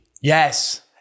yes